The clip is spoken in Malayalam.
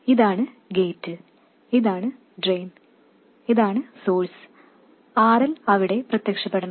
ഇതാണ് ഗേറ്റ് ഇതാണ് ഡ്രെയിൻ ഇതാണ് സോഴ്സ് RL അവിടെ പ്രത്യക്ഷപ്പെടണം